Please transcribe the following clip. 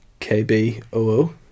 KBOO